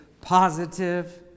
positive